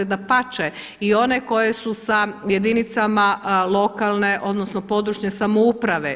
Dapače i one koje su sa jedinicama lokalne, odnosno područne samouprave.